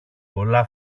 πολλά